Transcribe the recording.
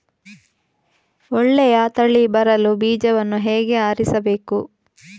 ಒಳ್ಳೆಯ ತಳಿ ಬರಲು ಬೀಜವನ್ನು ಹೇಗೆ ಆರಿಸಬೇಕು?